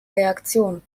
reaktion